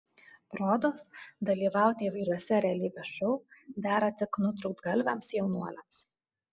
rodos dalyvauti įvairiuose realybės šou dera tik nutrūktgalviams jaunuoliams